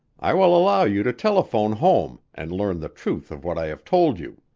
i will allow you to telephone home and learn the truth of what i have told you.